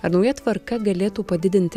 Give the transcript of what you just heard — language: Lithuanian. ar nauja tvarka galėtų padidinti